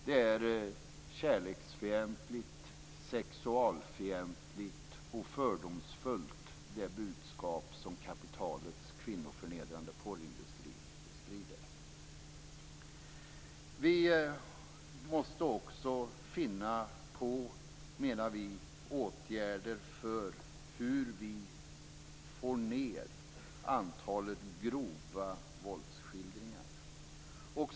Det är ett kärleksfientligt, sexualfientligt och fördomsfullt budskap som kapitalets kvinnoförnedrande porrindustri sprider. Vi menar också att vi måste finna åtgärder för att få ned antalet grova våldsskildringar.